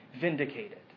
vindicated